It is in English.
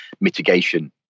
mitigation